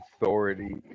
authority